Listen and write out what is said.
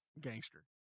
Gangster